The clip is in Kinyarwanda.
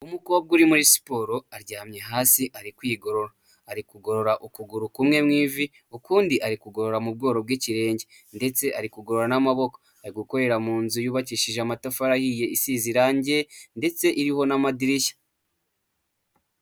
Umukobwa uri muri siporo aryamye hasi ari kwigorora, ari kugorora ukuguru kumwe mu ivi ukundi ari kugorora mu bworo bw'ikirenge, ndetse ari kugorora n'amaboko ari gukorera mu nzu yubakishije amatafari ahiye, isize irangi ndetse iriho n'amadirishya.